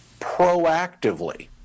proactively